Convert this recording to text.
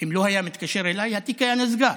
אם לא היה מתקשר אליי, התיק היה נסגר.